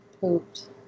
pooped